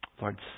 Lord